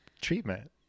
treatment